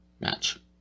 match